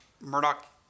Murdoch